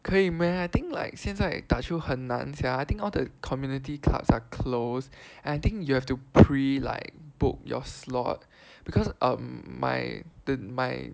可以 meh I think like 现在打球很难 sia I think all the community clubs are closed and I think you have to pre like book your slot because um my my